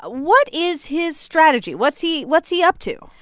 ah what is his strategy? what's he what's he up to?